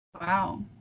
Wow